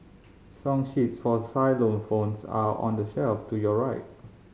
song sheets for xylophones are on the shelf to your right